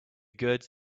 good